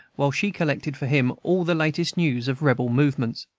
while she collected for him all the latest news of rebel movements.